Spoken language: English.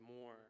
more